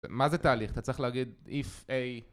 מה זה תהליך? אתה צריך להגיד if a.